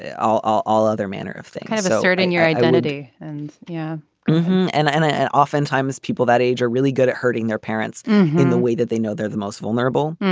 yeah all all other manner of things kind of asserting your identity and yeah and and ah and oftentimes people that age are really good at hurting their parents in the way that they know they're the most vulnerable.